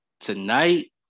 tonight